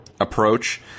approach